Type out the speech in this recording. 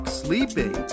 sleeping